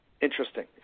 Interesting